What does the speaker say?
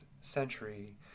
century